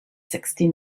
sixty